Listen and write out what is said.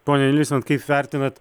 ponia nilsen kaip vertinat